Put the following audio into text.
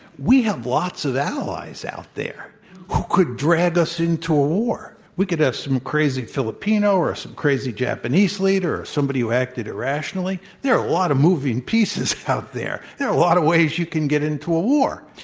we have lots of allies out there who could drag us into a war. we could have some crazy filipino or some crazy japanese leader or somebody who acted irrationally. there are a lot of moving pieces out there. there are a lot of ways you can get into a war,